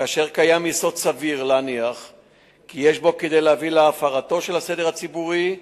כאשר קיים יסוד סביר להניח כי יש בו כדי להביא להפרתו של הסדר הציבורי,